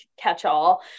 catch-all